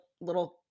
little